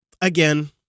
again